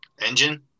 Engine